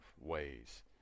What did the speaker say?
ways